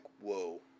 whoa